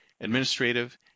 administrative